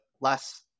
less